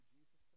Jesus